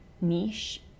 niche